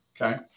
Okay